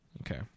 Okay